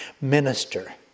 minister